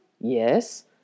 Yes